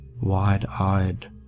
wide-eyed